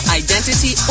identity